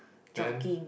then